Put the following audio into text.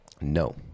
No